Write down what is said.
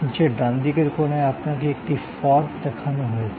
নীচের ডানদিকের কোণায় আপনাকে একটি ফর্ম দেখানো হয়েছে